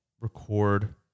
record